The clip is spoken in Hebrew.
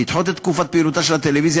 לדחות את תקופת פעילותה של הטלוויזיה